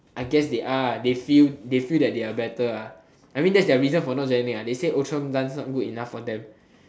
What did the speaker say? I guess they are they feel they feel that they're better ah I mean that's their reason for not joining ah they say Outram dance not good enough for them